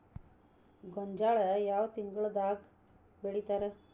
ಗೋಂಜಾಳ ಯಾವ ತಿಂಗಳದಾಗ್ ಬೆಳಿತಾರ?